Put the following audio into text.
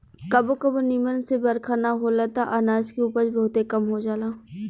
कबो कबो निमन से बरखा ना होला त अनाज के उपज बहुते कम हो जाला